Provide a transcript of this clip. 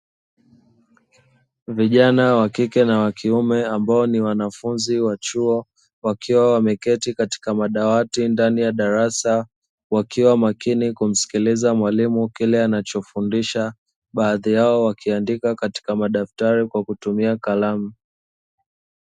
Vijana wakike na wakiume ambao ni wanafunzi wa chuo wakiwa wameketi katika madawati ndani ya darasa wakiwa makini kumsikiliza mwalimu kile anachofundisha, baadhi yao wakiandika katika madaftari kwa kutumia kalamu.